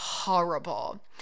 Horrible